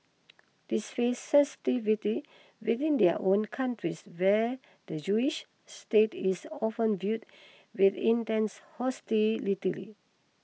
they face sensitivity within their own countries where the Jewish state is often viewed with intense hostility